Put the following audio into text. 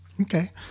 Okay